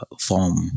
form